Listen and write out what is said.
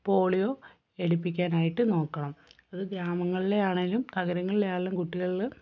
polio എടുപ്പിക്കാനായിട്ട് നോക്കണം അത് ഗ്രാമങ്ങളിലെ ആണെങ്കിലും നഗരങ്ങളിലെ ആണെങ്കിലും കുട്ടികളിൽ